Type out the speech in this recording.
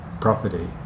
property